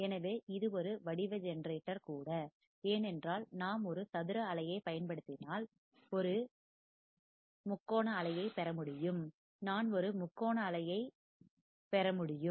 எனவே இது ஒரு வடிவ ஜெனரேட்டர் கூட ஏனென்றால் நான் ஒரு சதுர அலையை பயன்படுத்தினால் ஒரு முக்கோண அலையை பெறமுடியும் நான் ஒரு முக்கோண அலையை பெற முடியும்